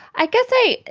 i guess, a,